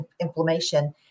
inflammation